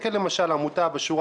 תסתכל למשל על העמותה בשורה